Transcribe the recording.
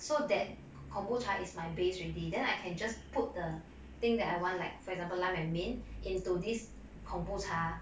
so that kombucha is my base already then I can just put the thing that I want like for example lime and mint into this kombucha